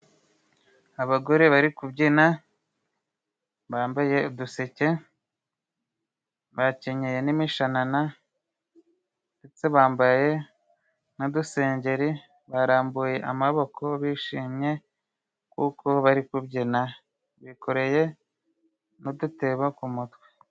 Abagore bari kubyina bambaye uduseke, bakenyeye n'imishanana ndetse bambaye n'udusengeri, barambuye amaboko bishimye kuko bari kubyina, bikoreye n'udutebo ku mutwe.